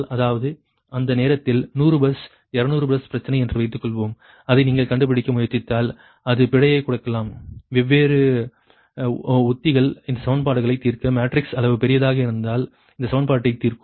அதாவது அந்த நேரத்தில் 100 பஸ் 200 பஸ் பிரச்சனை என்று வைத்துக்கொள்வோம் அதை நீங்கள் கண்டுபிடிக்க முயற்சித்தால் அது பிழையை கொடுக்கலாம் வெவ்வேறு உத்திகள் இந்த சமன்பாடுகளை தீர்க்க மேட்ரிக்ஸ் அளவு பெரியதாக இருந்தால் இந்த சமன்பாட்டை தீர்க்கும்